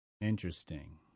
Interesting